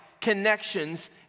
connections